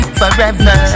forever